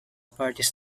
parties